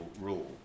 rule